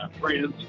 friends